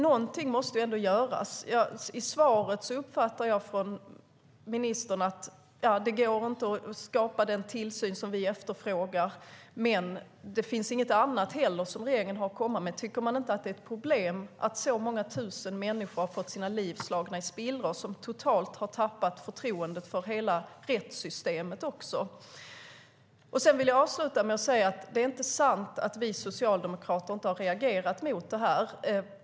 Någonting måste alltså göras. Svaret från ministern uppfattar jag som att det inte går att skapa den tillsyn som vi efterfrågar, men regeringen har inte heller något annat att komma med. Tycker man inte att det är ett problem att många tusen människor har fått sina liv slagna i spillror och totalt har tappat förtroendet för hela rättssystemet? Jag vill avsluta med att säga att det inte är sant att vi socialdemokrater inte har reagerat på det här.